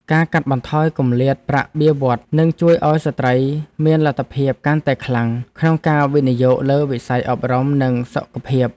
ការកាត់បន្ថយគម្លាតប្រាក់បៀវត្សរ៍នឹងជួយឱ្យស្ត្រីមានលទ្ធភាពកាន់តែខ្លាំងក្នុងការវិនិយោគលើវិស័យអប់រំនិងសុខភាព។